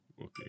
Okay